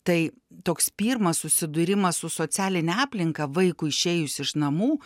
tai toks pirmas susidūrimas su socialine aplinka vaikui išėjus iš namų